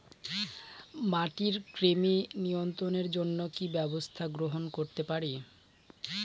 মাটির কৃমি নিয়ন্ত্রণের জন্য কি কি ব্যবস্থা গ্রহণ করতে পারি?